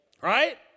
Right